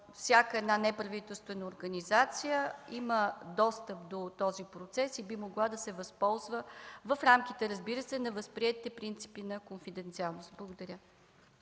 всяка една неправителствена организация има достъп до този процес и би могла да се възползва в рамките, разбира се, на възприетите принципи на конфиденциалност. Благодаря.